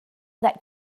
that